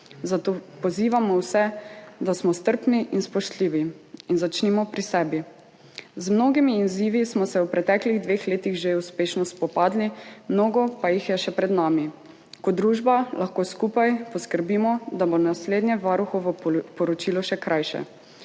zato pozivamo vse, da smo strpni in spoštljivi in začnimo pri sebi. Z mnogimi izzivi smo se v preteklih dveh letih že uspešno spopadli, mnogo pa jih je še pred nami. Kot družba lahko skupaj poskrbimo, da bo naslednje Varuhovo poročilo še krajše.